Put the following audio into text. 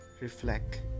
reflect